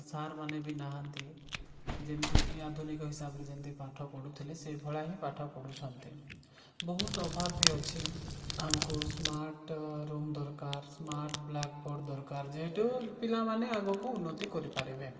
ସାର୍ମାନେ ବି ନାହାନ୍ତି ଯେମିତିକି ଆଧୁନିକ ହିସାବରେ ଯେମିତି ପାଠ ପଢ଼ୁଥିଲେ ସେଇଭଳିଆ ହିଁ ପାଠ ପଢ଼ୁଛନ୍ତି ବହୁତ ଅଭାବ ବି ଅଛି ଆମକୁ ସ୍ମାର୍ଟ୍ ରୁମ୍ ଦରକାର ସ୍ମାର୍ଟ୍ ବ୍ଲାକ୍ ବୋଡ଼୍ ଦରକାର ଯେହେତୁ ପିଲାମାନେ ଆଗକୁ ଉନ୍ନତି କରିପାରିବେ